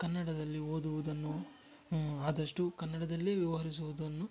ಕನ್ನಡದಲ್ಲಿ ಓದುವುದನ್ನು ಆದಷ್ಟು ಕನ್ನಡದಲ್ಲೇ ವ್ಯವಹರಿಸುವುದನ್ನು